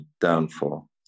downfall